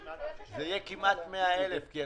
אתה אומר שיש דברים שצריך